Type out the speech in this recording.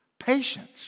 Patience